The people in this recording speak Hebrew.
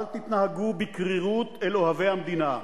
אל תתנהגו בקרירות אל אוהבי המדינה.